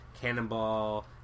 Cannonball